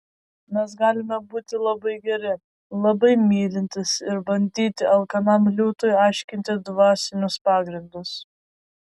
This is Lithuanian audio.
mes galime būti labai geri labai mylintys ir bandyti alkanam liūtui aiškinti dvasinius pagrindus